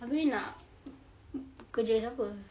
abeh nak kerja apa